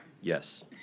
Yes